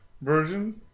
version